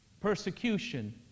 Persecution